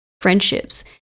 friendships